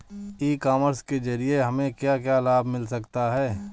ई commerce के ज़रिए हमें क्या क्या लाभ मिल सकता है?